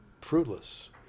fruitless